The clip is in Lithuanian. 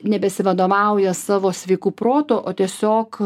nebesivadovauja savo sveiku protu o tiesiog